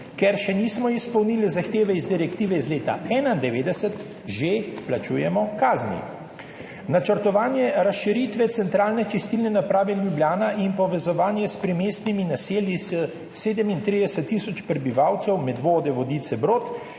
Ker še nismo izpolnili zahteve iz direktive iz leta 1991, že plačujemo kazni. Načrtovanje razširitve Centralne čistilne naprave Ljubljana in povezovanje s primestnimi naselji s 37 tisoč prebivalcev, Medvode, Vodice, Brod,